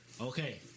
Okay